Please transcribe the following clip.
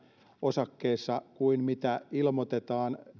osakkeessa kuin mitä ilmoitetaan